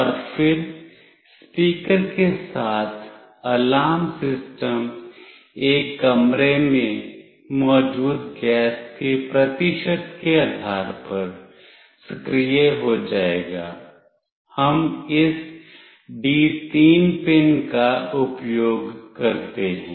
और फिर स्पीकर के साथ अलार्म सिस्टम एक कमरे में मौजूद गैस के प्रतिशत के आधार पर सक्रिय हो जाएगा हम इस D3 पिन का उपयोग करते हैं